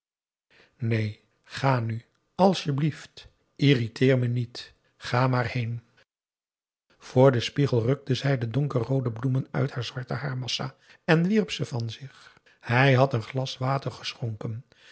neen ga nu asjeblieft irriteer me niet ga maar heen voor den spiegel rukte zij de donkerroode bloemen uit haar zwarte haarmassa en wierp ze van zich hij had een glas water geschonken